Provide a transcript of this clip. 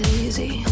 easy